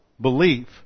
Belief